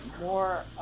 more